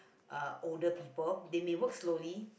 uh older people they may work slowly